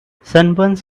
sunburns